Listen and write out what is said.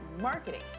marketing